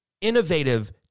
innovative